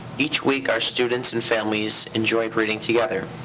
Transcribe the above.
each week our students and families enjoyed reading together.